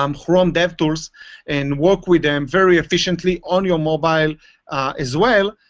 um chrome dev tools and work with them very efficiently on your mobile as well.